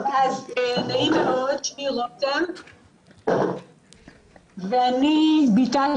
החולים הסופניים ובני משפחותיהם.